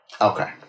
Okay